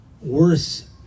worse